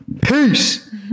Peace